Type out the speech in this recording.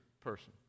person